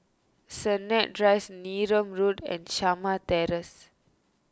Sennett Drive Neram Road and Shamah Terrace